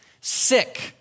sick